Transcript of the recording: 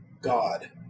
God